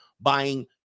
buying